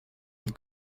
mit